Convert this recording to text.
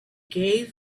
gave